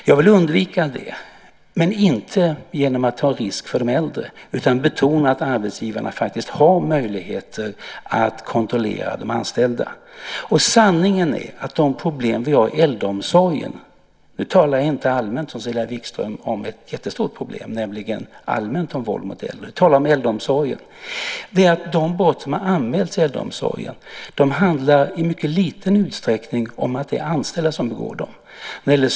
Jag vill undvika det, men inte genom att utsätta äldre för en risk utan genom att betona att arbetsgivarna faktiskt har möjligheter att kontrollera de anställda. Sanningen är att de brott som har anmälts inom äldreomsorgen - nu talar jag inte allmänt i riksdagen om ett jättestort problem, nämligen generellt om våld mot äldre, utan om äldreomsorgen - i mycket liten utsträckning begås av de anställda.